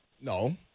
No